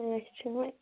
اَچھا وۅنۍ